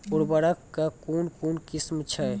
उर्वरक कऽ कून कून किस्म छै?